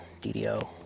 DDO